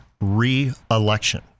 re-election